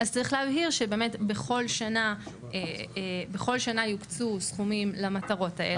אז צריך להבהיר שבאמת בכל שנה יוקצו סכומים למטרות האלה.